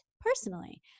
personally